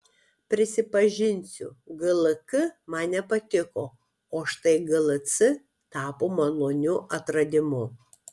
prisipažinsiu glk man nepatiko o štai glc tapo maloniu atradimu